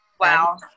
wow